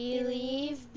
Believe